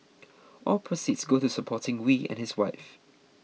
all proceeds go to supporting Wee and his wife